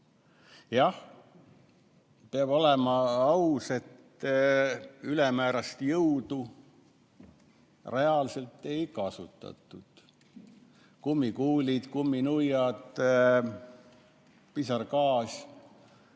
peab olema aus: ülemäärast jõudu reaalselt ei kasutatud. Kummikuulid, kumminuiad, pisargaas